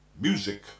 music